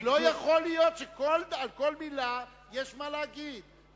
לא יכול להיות שעל כל מלה יש מה להגיד.